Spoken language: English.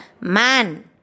man